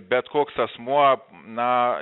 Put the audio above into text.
bet koks asmuo na